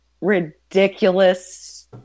ridiculous